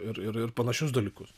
ir ir panašius dalykus